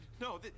No